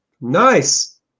Nice